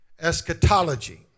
eschatology